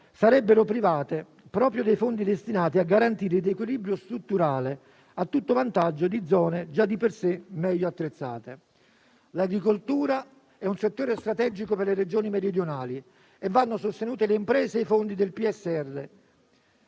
sarebbero private proprio dei fondi destinati a garantire il riequilibrio strutturale, a tutto vantaggio di zone già di per sé meglio attrezzate. L'agricoltura è un settore strategico per le Regioni meridionali e vanno sostenute le imprese e i fondi dei